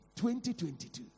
2022